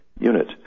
unit